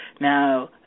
Now